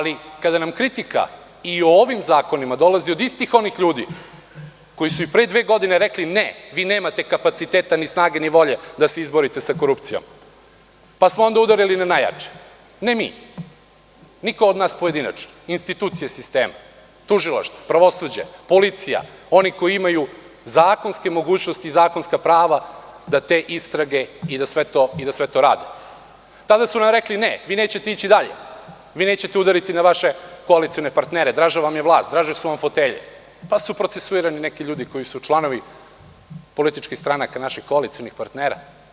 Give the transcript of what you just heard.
Kada nam kritika i o ovim zakonima dolazi od istih onih ljudi koji su i pre dve godine rekli - ne, vi nemate kapaciteta, ni snage, ni volje da se izborite sa korupcijom, pa smo onda udarili na najjače, ne mi, niko od nas pojedinačno, institucije sistema - tužilaštvo, pravosuđe, policija, oni koji imaju zakonske mogućnosti i zakonska prava da to istraže i da sve to rade, tada su nam rekli – ne, vi nećete ići dalje, vi nećete udariti na vaše koalicione partnere, draža vam je vlast, draže su vam fotelje, pa su procesuirani neki ljudi koji su članovi političkih stranaka naših koalicionih partnera.